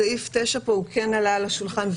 סעיף 9 כן עלה על השולחן,